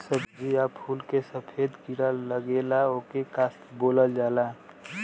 सब्ज़ी या फुल में सफेद कीड़ा लगेला ओके का बोलल जाला?